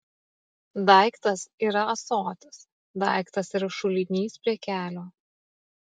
daiktas yra ąsotis daiktas yra šulinys prie kelio